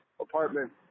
apartment